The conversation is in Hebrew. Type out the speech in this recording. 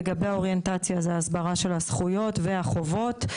לגבי האוריינטציה זה ההסברה של הזכויות והחובות.